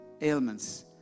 ailments